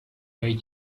way